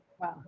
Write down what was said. Wow